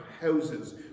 houses